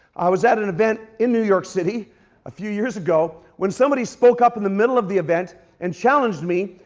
i was at an event in new york city a few years ago when some somebody spoke up in the middle of the event and challenged me,